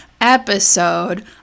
episode